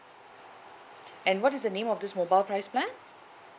and what is the name of this mobile price plan